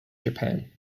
japan